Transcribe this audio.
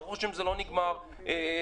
שברוך השם לא נגמרו בהרוגים.